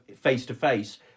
face-to-face